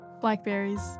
Blackberries